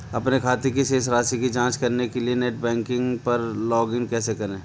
अपने खाते की शेष राशि की जांच करने के लिए नेट बैंकिंग पर लॉगइन कैसे करें?